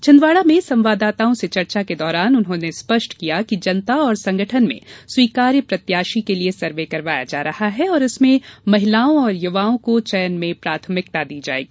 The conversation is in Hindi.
छिंदवाड़ा में संवाददाताओं से चर्चा के दौरान उन्होंने स्पष्ट किया कि जनता और संगठन में स्वीकार्य प्रत्याशी के लिए सर्वे करवाया जा रहा है और इसमें महिलाओं और युवाओं को चयन में प्राथमिकता दी जायेगी